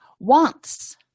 Wants